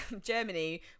Germany